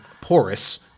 porous